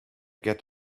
get